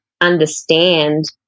understand